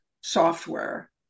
software